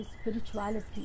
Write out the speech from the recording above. spirituality